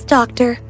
Doctor